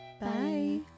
Bye